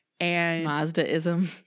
Mazdaism